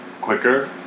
quicker